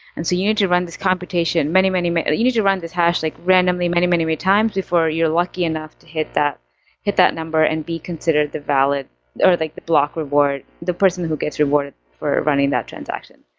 and so you need to run this computation many, many many you need to run this hash like randomly like many, many times before you're lucky enough to hit that hit that number and be considered the valid or like the block reward, the person who gets rewarded for running that transaction.